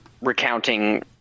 recounting